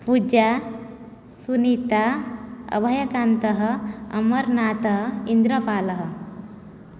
पूजा सुनिता अभयकान्तः अमरनाथः इन्द्रपालः